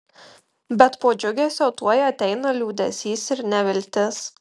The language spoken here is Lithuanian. bet po džiugesio tuoj ateina liūdesys ir neviltis